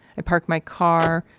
i park my car.